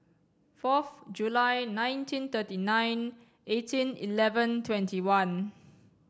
fourth July nineteen thirty nine eighteen eleven twenty one